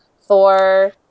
Thor